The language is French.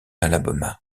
alabama